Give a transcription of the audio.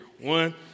One